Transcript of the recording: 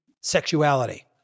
sexuality